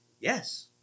Yes